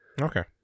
Okay